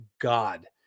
God